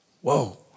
whoa